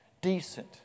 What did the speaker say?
decent